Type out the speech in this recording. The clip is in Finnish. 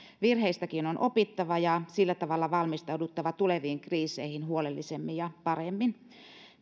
virheistäkin on opittava ja sillä tavalla valmistauduttava tuleviin kriiseihin huolellisemmin ja paremmin